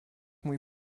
mój